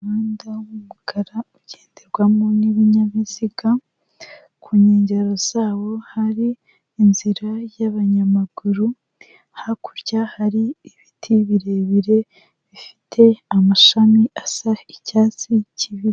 Umuhanda w'umukara ugenderwamo n'ibinyabiziga, ku nkengero zawo hari inzira y'abanyamaguru, hakurya hari ibiti birebire bifite amashami asa icyatsi kibisi.